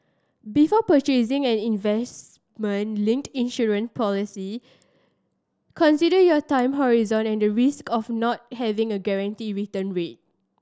before purchasing an investment linked insurance policy consider your time horizon and the risk of not having a guaranteed return rate